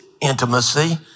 intimacy